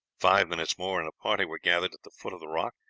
five minutes more and a party were gathered at the foot of the rock,